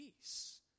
peace